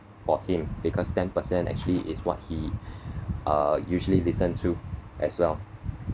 for him because ten percent actually is what he uh usually listen to as well